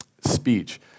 speech